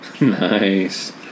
Nice